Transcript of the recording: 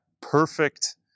perfect